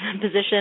position